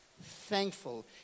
thankful